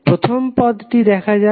প্রথম পদটি দেখা যাক